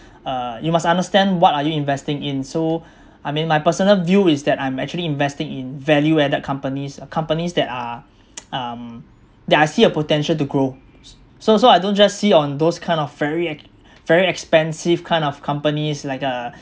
uh you must understand what are you investing in so I mean my personal view is that I'm actually investing in value added companies ah companies that are um that I see a potential to grow s~ so so I don't just see on those kind of very ex~ very expensive kind of companies like uh